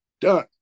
Done